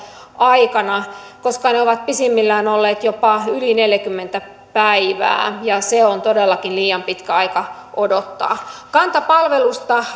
aikana koska ne ovat pisimmillään olleet jopa yli neljäkymmentä päivää ja se on todellakin liian pitkä aika odottaa kanta palvelusta